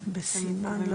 או לא